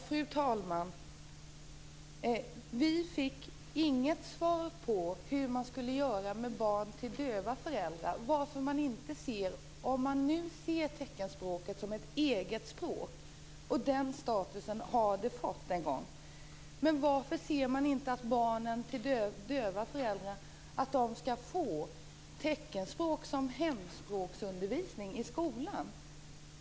Fru talman! Vi fick inget svar på hur man skall göra med barn till döva föräldrar. Om man nu ser teckenspråket som ett eget språk, och den statusen har det fått en gång, varför anser man då inte att barnen till döva föräldrar skall få teckenspråk som hemspråksundervisning i skolan?